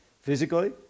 Physically